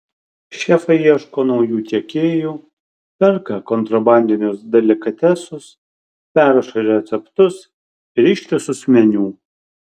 šefai ieško naujų tiekėjų perka kontrabandinius delikatesus perrašo receptus ir ištisus meniu